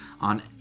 on